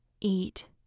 eat